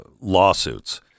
lawsuits